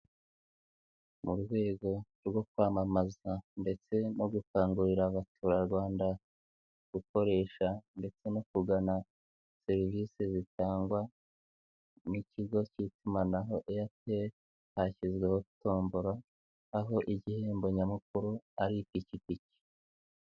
Mu rwego rwo kwamamaza ndetse no gukangurira abaturarwanda gukoresha ndetse no kugana serivisi zitangwa n'ikigo cy'itumanaho airtel hashyizweho tombora aho igihembo nyamukuru ari ipikipiki.